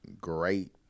great